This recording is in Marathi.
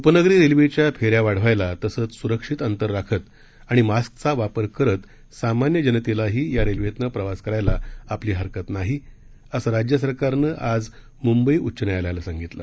उपनगरी रेल्वेच्या फेऱ्या वाढवायला तसंच सुरक्षीत अंतर राखत आणि मास्कचा वापर करत सामान्य जनतेला देखील या रेल्वेतनं प्रवास करायला आपली हरकत नाही असं राज्य सरकारनं आज मुंबई उच्च न्यायालयाला सांगितलं